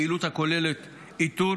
הכוללת איתור,